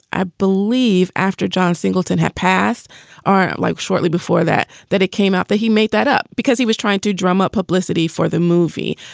i believe, after john singleton had passed out like shortly before that, that it came out that he made that up because he was trying to drum up publicity for the movie.